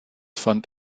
fand